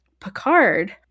Picard